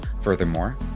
Furthermore